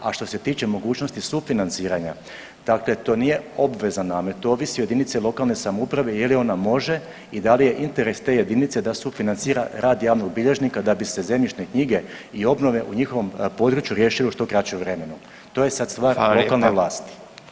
A što se tiče mogućnosti sufinanciranja to nije obvezan namet, to ovisi o jedinici lokalne samouprave i je li ona može i da li je interes te jedinice da sufinancira rad javnog bilježnika da bi se zemljišne knjige i obnove u njihovom području riješilo u što kraćem vremenu, to je sad stvar [[Upadica Radin: Hvala lijepa.]] lokalne vlasti.